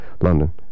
London